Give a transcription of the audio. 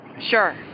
Sure